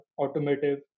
automotive